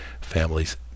families